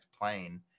plane